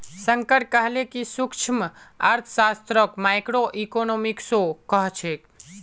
शंकर कहले कि सूक्ष्मअर्थशास्त्रक माइक्रोइकॉनॉमिक्सो कह छेक